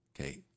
Okay